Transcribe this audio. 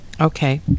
Okay